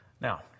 Now